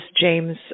James